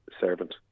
servant